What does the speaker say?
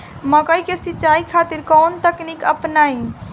मकई के सिंचाई खातिर कवन तकनीक अपनाई?